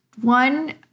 One